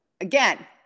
again